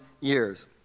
years